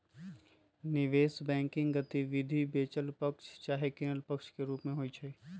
निवेश बैंकिंग गतिविधि बेचल पक्ष चाहे किनल पक्ष के रूप में होइ छइ